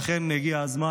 לכן הגיע הזמן,